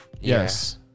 Yes